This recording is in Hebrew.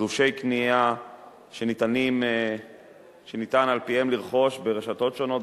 תלושי קנייה שניתן על-פיהם לרכוש ברשתות שונות,